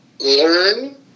Learn